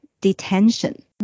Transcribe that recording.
Detention